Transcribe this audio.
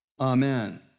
amen